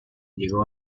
llegó